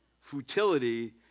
futility